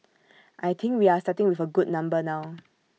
I think we are starting with A good number now